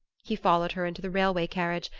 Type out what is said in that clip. he followed her into the railway carriage,